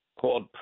called